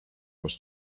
was